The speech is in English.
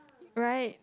right